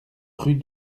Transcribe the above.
rue